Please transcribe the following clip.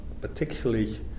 particularly